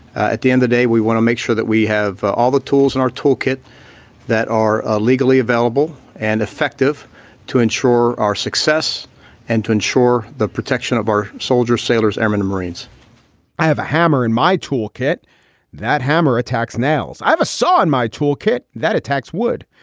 at the end the day, we want to make sure that we have all the tools in and our toolkit that are ah legally available and effective to ensure our success and to ensure the protection of our soldiers, sailors, airmen, marines i have a hammer in my tool kit that hammer attacks nails. i have a saw in my toolkit that attacks wood.